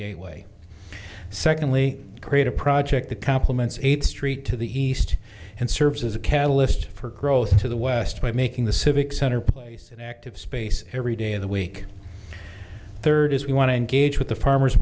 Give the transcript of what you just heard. gateway secondly create a project that complements eighth street to the east and serves as a catalyst for growth to the west by making the civic center place an active space every day of the week third is we want to engage with the farmers